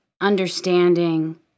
understanding